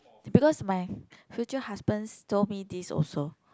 because my future husbands told me this also